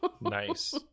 nice